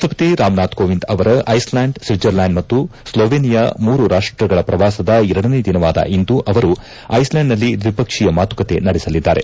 ರಾಷ್ಟಪತಿ ರಾಮ್ನಾಥ್ ಕೋವಿಂದ್ ಅವರ Iceland Switzerland ಮತ್ತು ಸ್ಲೋವೇನಿಯಾ ಮೂರು ರಾಷ್ಟಗಳ ಪ್ರವಾಸದ ಎರಡನೇ ದಿನವಾದ ಇಂದು ಅವರು ಐಸ್ಲ್ಯಾಂಡ್ನಲ್ಲಿ ದ್ಲಿಪಕ್ಷೀಯ ಮಾತುಕತೆ ನಡೆಸಲಿದ್ದಾರೆ